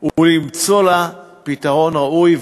ולמצוא לה פתרון ראוי.